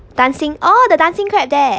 dancing oh the dancing crab there